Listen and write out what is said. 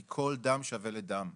כי כל דם שווה לדם.